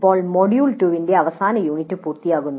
ഇപ്പോൾ മൊഡ്യൂൾ 2 ന്റെ അവസാന യൂണിറ്റ് പൂർത്തിയാക്കുന്നു